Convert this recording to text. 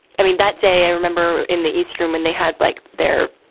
i mean, that day i remember in the east room and they had like they're